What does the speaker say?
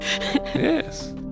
Yes